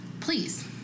please